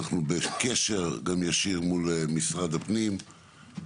אנחנו בקשר ישיר מול משרד הפנים.